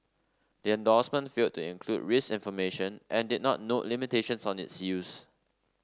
the endorsement failed to include risk information and did not note limitations on its use